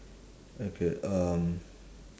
okay um